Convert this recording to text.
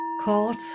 Caught